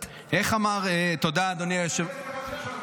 אבל אתה אל תענה לי בחזרה,